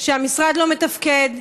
שהמשרד לא מתפקד,